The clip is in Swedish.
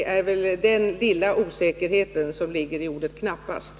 Det är den lilla osäkerheten som ligger i ordet ”knappast”.